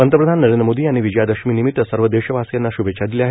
पंतप्रधान नरेंद्र मोदी यांनी विजयादशमी निमित्त सर्व देशवासियांना श्भेच्छा दिल्या आहेत